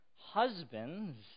husbands